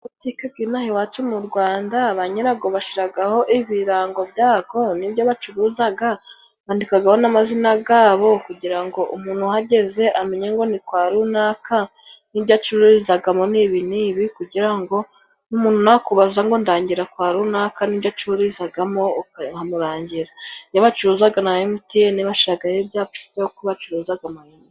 Butike zinaha, iwacu mu Rwanda, banyirabwo bashyiraho ibirango by’aho, n’ibyo bacuruza, bandikaho n’amazina yabo, kugira ngo umuntu uhageze amenye ngo ni kwa runaka, ni ibyo acururizamo, ni ibi n’ibi, kugira ngo n’umuntu nakubaza ngo ndangira kwa runaka, n’ibyo acururizamo, ukahamurangira. Iyo bacuruza na MTN, bashyira ibyapa by’uko bacuruza ama inite.